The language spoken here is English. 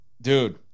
Dude